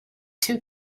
two